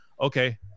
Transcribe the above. Okay